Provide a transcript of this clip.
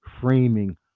framing